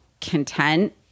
content